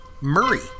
Murray